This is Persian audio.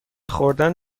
خوردن